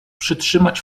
przytrzymać